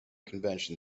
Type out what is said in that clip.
convention